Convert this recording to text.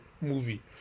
movie